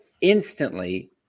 instantly